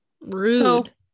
Rude